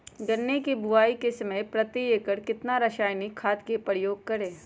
गन्ने की बुवाई के समय प्रति एकड़ कितना रासायनिक खाद का उपयोग करें?